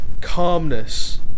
calmness